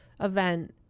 event